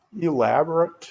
elaborate